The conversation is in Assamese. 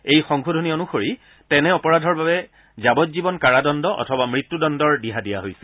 এই সংশোধনী অনুসৰি তেনে অপৰাধৰ বাবে যাৱজ্ঞীৱন কাৰাদণ্ড অথবা মৃত্যুদণ্ডৰ দিহা দিয়া হৈছে